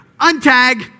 untag